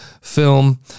film